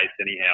anyhow